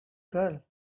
girl